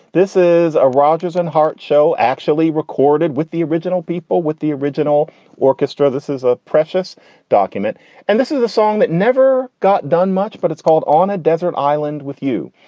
this is a rodgers and hart show actually recorded with the original people, with the original orchestra. this is a precious document and this is a song that never got done much, but it's called on a desert island with you.